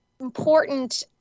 Important